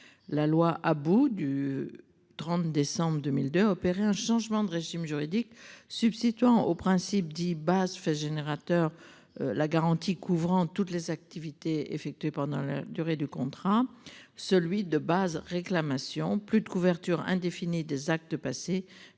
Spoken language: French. La loi à bout du. 30 décembre 2002. Opérer un changement de régime juridique substituant au principe dit base fait générateur. La garantie couvrant toutes les activités effectuées pendant la durée du contrat, celui de base réclamations plus de couverture indéfinie des actes de passer